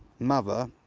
mother,